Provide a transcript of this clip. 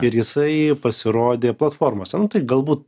ir jisai pasirodė platformose nu tai galbūt